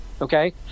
okay